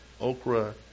okra